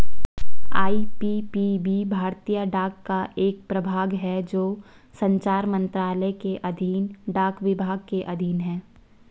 IPPB भारतीय डाक का एक प्रभाग है जो संचार मंत्रालय के अधीन डाक विभाग के अधीन है